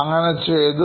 അങ്ങനെ ചെയ്തു